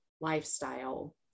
lifestyle